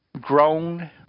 grown